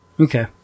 Okay